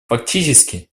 фактически